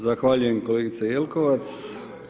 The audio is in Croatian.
Zahvaljujem kolegice Jelkovac.